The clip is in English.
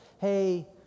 hey